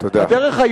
הדרך, תודה.